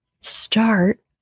Start